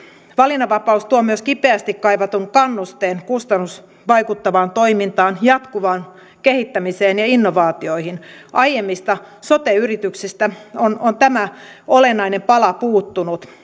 valinnanvapaus tuo myös kipeästi kaivatun kannusteen kustannusvaikuttavaan toimintaan jatkuvaan kehittämiseen ja innovaatioihin aiemmista sote yrityksistä on on tämä olennainen pala puuttunut